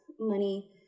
money